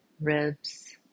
ribs